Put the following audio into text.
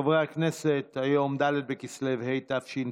חברי הכנסת, היום ד' בכסלו התשפ"ב,